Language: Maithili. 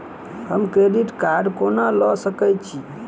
हम क्रेडिट कार्ड कोना लऽ सकै छी?